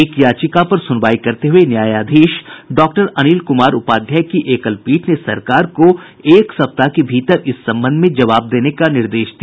एक याचिका पर सुनवाई करते हुये न्यायाधीश डॉक्टर अनिल कुमार उपाध्याय की एकल पीठ ने सरकार को एक सप्ताह के भीतर इस संबंध में जवाब देने का निर्देश दिया